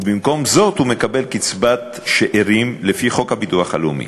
ובמקום זאת הוא מקבל קצבת שאירים לפי חוק הביטוח הלאומי.